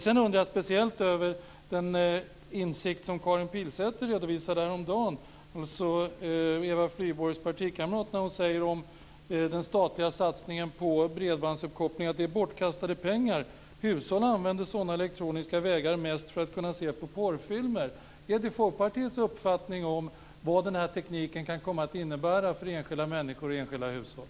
Sedan undrar jag speciellt över den insikt som Karin Pilsäter, alltså Eva Flyborgs partikamrat, redovisade häromdagen. Hon sade att den statliga satsningen på bredbandsuppkopplingen är bortkastade pengar och att hushållen använder sådana elektroniska vägar mest för att kunna se på porrfilmer. Är det Folkpartiets uppfattning om vad den här tekniken kan komma att innebära för enskilda människor i enskilda hushåll?